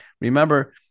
Remember